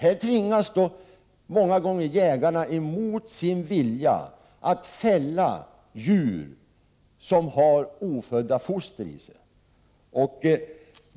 Här tvingas jägarna många gånger mot sin vilja att fälla djur som har ofödda foster i sig.